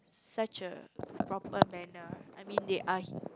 such a proper manner I mean they are